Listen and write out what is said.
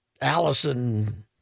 Allison